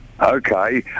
Okay